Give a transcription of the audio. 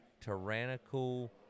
tyrannical